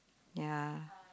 ya